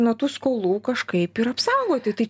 nuo tų skolų kažkaip ir apsaugoti tai